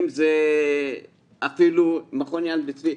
אם זה אפילו מכון יד בן צבי.